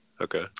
Okay